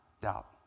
doubt